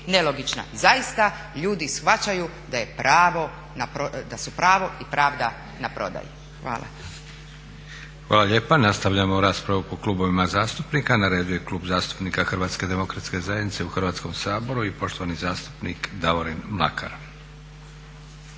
nelogična. Zaista ljudi shvaćaju da su pravo i pravda na prodaju. Hvala. **Leko, Josip (SDP)** Hvala lijepa. Nastavljamo raspravu po klubovima zastupnika. Na redu je Klub zastupnika HDZ-a u Hrvatskom saboru i poštovani zastupnik Davorin Mlakar.